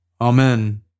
Amen